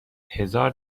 هزار